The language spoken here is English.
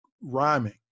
rhyming